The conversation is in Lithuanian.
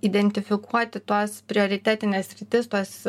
identifikuoti tuos prioritetines sritis tuos